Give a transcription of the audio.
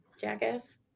jackass